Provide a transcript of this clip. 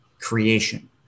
creation